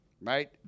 right